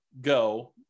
go